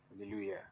Hallelujah